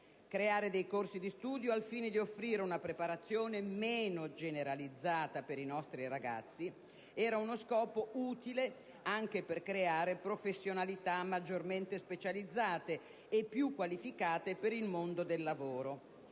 Creare dei corsi di studio al fine di offrire una preparazione meno generalista per i nostri ragazzi era uno scopo utile anche per creare professionalità maggiormente specializzate e più qualificate per il mondo del lavoro;